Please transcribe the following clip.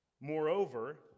Moreover